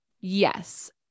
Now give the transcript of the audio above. Yes